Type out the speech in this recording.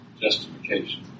Justification